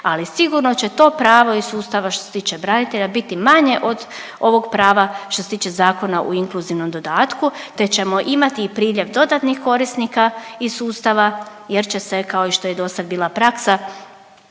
ali sigurno će to pravo iz sustava što se tiče branitelja biti manje od ovog prava što se tiče zakona u inkluzivnom dodatku te ćemo imati i priljev dodatnih korisnika iz sustava jer će se kao i što je do sad bila praksa,